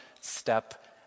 step